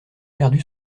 perdu